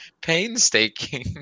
Painstaking